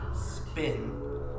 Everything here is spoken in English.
spin